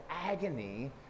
agony